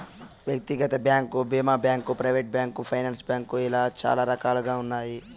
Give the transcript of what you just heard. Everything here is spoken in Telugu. వ్యక్తిగత బ్యాంకు భీమా bank, private bank, finance bank ఇలా చాలా రకాలుగా ఉన్నాయి